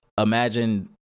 imagine